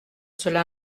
cela